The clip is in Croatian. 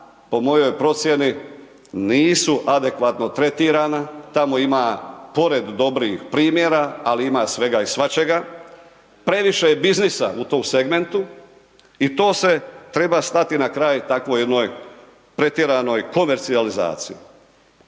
po mojoj procjeni nisu adekvatno tretirana, tamo ima pored dobrih primjera ali ima svega i svačega, previše je biznisa u tom segmentu i tom se treba stati na kraj takvoj jednoj pretjeranoj komercijalizaciji.